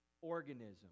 organism